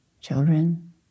children